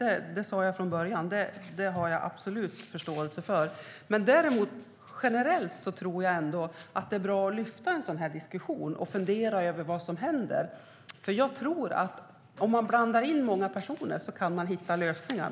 Det sa jag från början att jag absolut har förståelse för. Däremot tror jag att det generellt är bra att lyfta upp en sådan här diskussion och fundera över vad som händer. Jag tror att man kan hitta lösningar om man blandar in många personer.